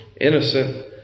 innocent